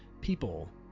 people